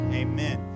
amen